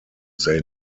they